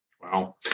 wow